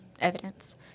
evidence